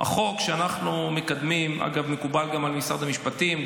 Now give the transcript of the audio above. החוק שאנחנו מקדמים אגב מקובל גם על משרד המשפטים,